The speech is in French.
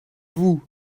vous